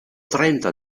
trenta